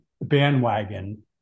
bandwagon